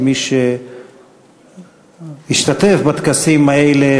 כמי שהשתתף בטקסים האלה,